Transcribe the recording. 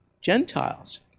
Gentiles